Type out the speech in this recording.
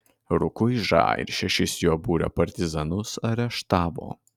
rukuižą ir šešis jo būrio partizanus areštavo